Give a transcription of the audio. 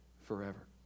forever